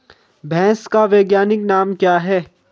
भैंस का वैज्ञानिक नाम क्या है?